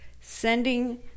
sending